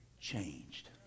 changed